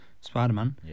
Spider-Man